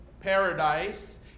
paradise